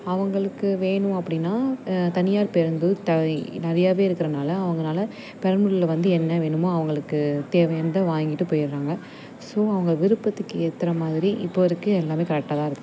அவங்களுக்கு வேணும் அப்படின்னா தனியார் பேருந்து த நிறையவே இருக்கிறனால அவங்கனால பெரம்பலூரில் வந்து என்ன வேணுமோ அவங்களுக்கு தேவையானத வாங்கிட்டு போயிர்றாங்க ஸோ அவங்க விருப்பத்துக்கு ஏற்றுற மாதிரி இப்போ வரைக்கும் எல்லாமே கரெக்டாக தான் இருக்கு